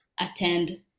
attend